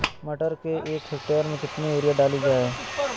मटर के एक हेक्टेयर में कितनी यूरिया डाली जाए?